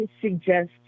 suggest